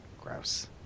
Gross